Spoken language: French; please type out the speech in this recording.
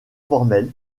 formel